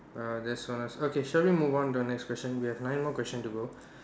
uh that's so nice okay shall we move on to the next question we have nine more question to go